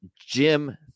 Jim